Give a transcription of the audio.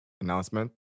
announcement